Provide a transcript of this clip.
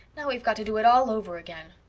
now, we've got to do it all over again.